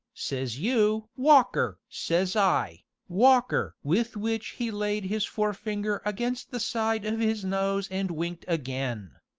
says you walker! says i, walker! with which he laid his forefinger against the side of his nose and winked again.